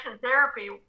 therapy